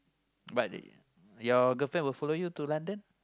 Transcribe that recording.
but your girlfriend will follow you to London